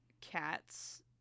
cats